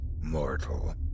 mortal